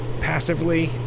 passively